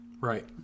right